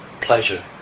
Pleasure